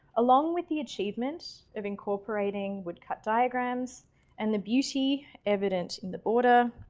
along with the achievement of incorporating woodcut diagrams and the beauty evident in the border.